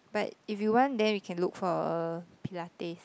but if you want then we can look for a Pilates